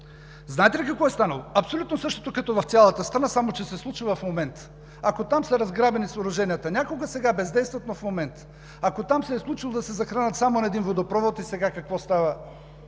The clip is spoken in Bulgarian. Знаете ли какво е станало? Абсолютно същото, като в цялата страна, само че се случва в момента. Ако там са разграбени съоръженията някога, сега бездействат. Ако там се е случило да се захранват само на един водопровод и сега какво става